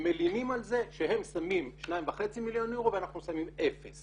מלינים על זה שהם שמים 2.5 מיליון אירו ואנחנו שמים אפס